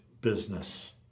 business